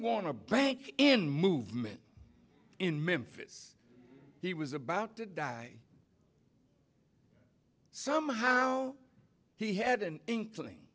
want a bank in movement in memphis he was about to die somehow he had an inkling